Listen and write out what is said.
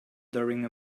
during